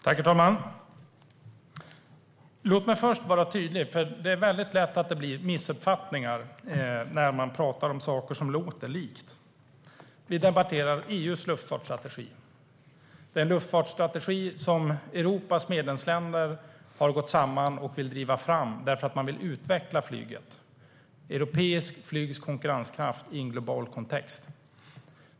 Herr talman! Låt mig först vara tydlig. Det är väldigt lätt att det blir missuppfattningar när man pratar om saker som låter lika. Vi debatterar EU:s luftfartsstrategi - den strategi som Europas medlemsländer har gått samman om och vill driva fram därför att man vill utveckla flyget. Det gäller europeiskt flygs konkurrenskraft i en global kontext.